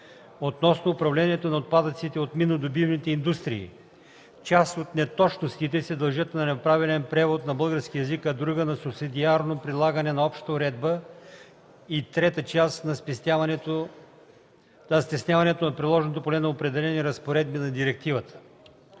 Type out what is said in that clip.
относно управлението на отпадъците от миннодобивните индустрии. Част от неточностите се дължат на неправилен превод на български език, друга – на субсидираното прилагане на общата уредба и трета част – на стесняването на приложното поле на определени разпоредби на директивата.